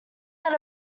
out